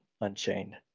Unchained